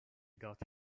got